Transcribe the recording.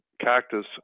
cactus